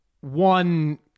One